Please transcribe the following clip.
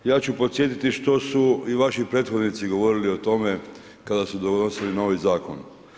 Ja ću podsjetiti što su i vaši prethodnici govorili o tome kada su donosili novi zakon.